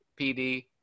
PD